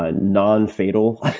ah non-fatal,